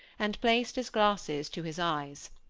and placed his glasses to his eyes.